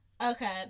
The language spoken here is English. Okay